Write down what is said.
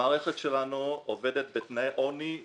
המערכת שלנו עובדת בתנאי עוני נוראיים.